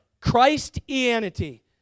Christianity